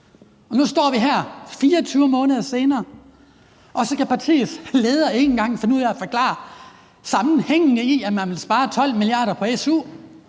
nu står vi her 24 måneder senere, og så kan partiets leder ikke engang finde ud af at forklare sammenhængene i, at man vil spare 12 mia. kr. på su,